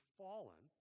fallen